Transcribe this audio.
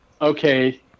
okay